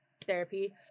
therapy